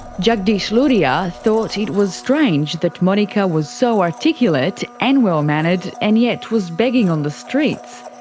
jagdish lodhia thought it was strange that monika was so articulate and well-mannered and yet was begging on the streets.